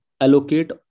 allocate